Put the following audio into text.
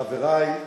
חברי,